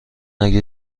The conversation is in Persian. اگه